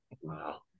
Wow